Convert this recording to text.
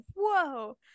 Whoa